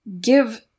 give